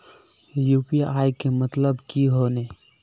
UPI के मतलब की होने?